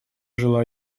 желаю